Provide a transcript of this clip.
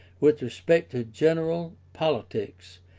with respect to general politics,